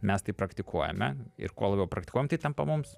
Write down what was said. mes tai praktikuojame ir kuo labiau praktikuojam tai tampa mums